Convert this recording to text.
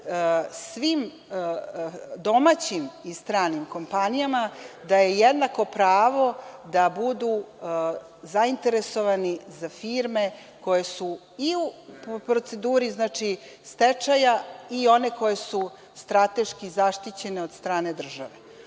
svim domaćim i stranim kompanijama da je jednako pravo da budu zainteresovani za firme koje su i u proceduri stečaja i one koje su strateški zaštićene od strane države. Ono